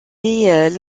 est